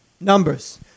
Numbers